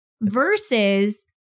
Versus